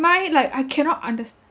mine like I cannot understand